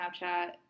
Snapchat